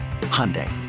Hyundai